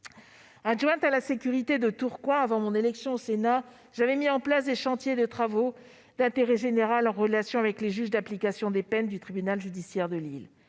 Adjointe à la sécurité de Tourcoing, avant mon élection au Sénat, j'avais mis en place des chantiers de travaux d'intérêt général, en relation avec les juges de l'application des peines du tribunal judiciaire de Lille.